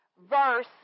verse